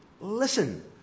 Listen